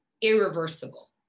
irreversible